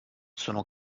sono